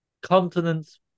continent's